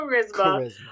charisma